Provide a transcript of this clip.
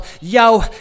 yo